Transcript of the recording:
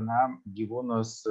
na gyvūnus